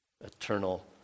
Eternal